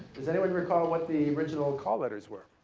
does anyone recall what the original call letters were?